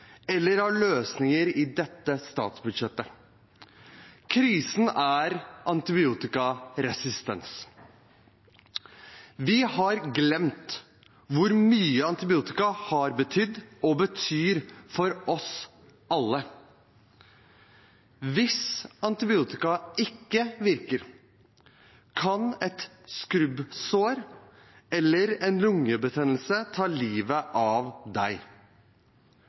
eller har løsninger i dette statsbudsjettet. Krisen er antibiotikaresistens. Vi har glemt hvor mye antibiotika har betydd og betyr for oss alle. Hvis antibiotika ikke virker, kan et skrubbsår eller en lungebetennelse ta livet av